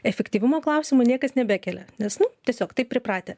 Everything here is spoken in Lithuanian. efektyvumo klausimų niekas nebekelia nes nu tiesiog taip pripratę